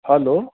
hello